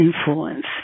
influence